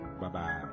Bye-bye